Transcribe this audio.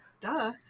Duh